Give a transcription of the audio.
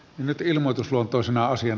ilmoitusluontoisena asiana